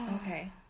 Okay